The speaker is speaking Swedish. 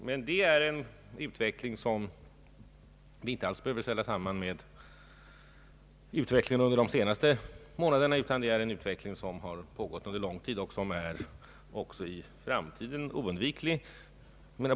Men det är en utveckling som vi icke alls behöver sätta samman med utvecklingen under de senaste månaderna, utan den utvecklingen har pågått under ganska lång tid och är också i framtiden oundviklig.